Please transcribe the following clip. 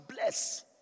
bless